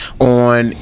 on